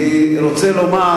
אם אתה כאן, אז, אני רוצה לומר